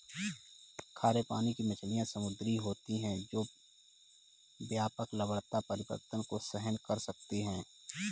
खारे पानी की मछलियाँ समुद्री होती हैं जो व्यापक लवणता परिवर्तन को सहन कर सकती हैं